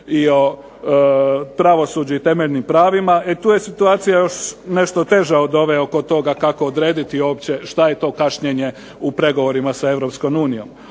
i o pravosuđu i temeljnim pravima. E tu je situacija još nešto teža od ove oko toga kako odrediti uopće što je to kašnjenje u pregovorima sa